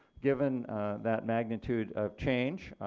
given that magnitude of change,